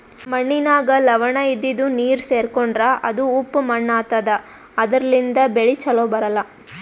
ಮಣ್ಣಿನಾಗ್ ಲವಣ ಇದ್ದಿದು ನೀರ್ ಸೇರ್ಕೊಂಡ್ರಾ ಅದು ಉಪ್ಪ್ ಮಣ್ಣಾತದಾ ಅದರ್ಲಿನ್ಡ್ ಬೆಳಿ ಛಲೋ ಬರ್ಲಾ